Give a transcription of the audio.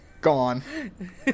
Gone